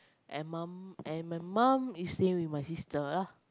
and mum and my mum is staying with my sister